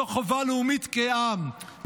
מתוך חובה לאומית כעם,